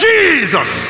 Jesus